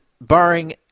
barring